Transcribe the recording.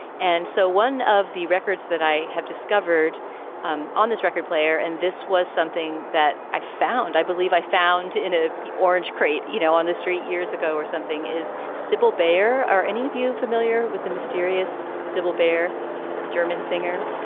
and so one of the records that i have discovered um on this record player and this was something that i found, i believe i found in ah a orange crate, you know, on the street years ago or something is sippel bear. are any of you familiar with the mysterious civil bear german singer?